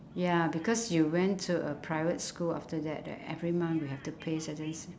ya because you went to a private school after that leh every month we have to pay certain